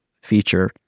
feature